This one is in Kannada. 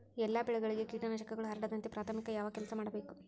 ಎಲ್ಲ ಬೆಳೆಗಳಿಗೆ ಕೇಟನಾಶಕಗಳು ಹರಡದಂತೆ ಪ್ರಾಥಮಿಕ ಯಾವ ಕೆಲಸ ಮಾಡಬೇಕು?